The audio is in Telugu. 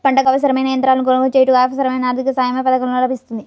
పంటకు అవసరమైన యంత్రాలను కొనగోలు చేయుటకు, అవసరమైన ఆర్థిక సాయం యే పథకంలో లభిస్తుంది?